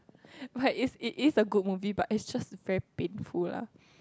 what is is a good movie but is just very painful lah